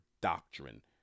doctrine